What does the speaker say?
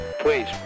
Please